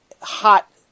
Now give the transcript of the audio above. hot